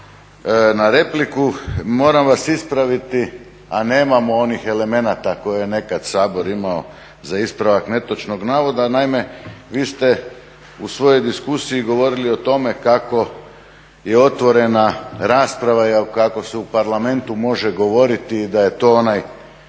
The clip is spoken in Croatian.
na repliku, moram vas ispraviti a nemamo onih elemenata koje je nekad Sabor imao za ispravak netočnog navoda. Naime, vi ste u svojoj diskusiji govorili o tome kako je otvorena rasprava i kako se u Parlamentu može govoriti i da je to onaj